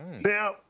Now